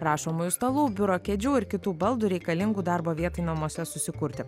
rašomųjų stalų biuro kėdžių ir kitų baldų reikalingų darbo vietai namuose susikurti